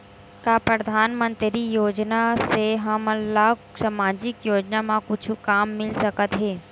का परधानमंतरी योजना से हमन ला सामजिक योजना मा कुछु काम मिल सकत हे?